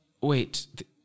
wait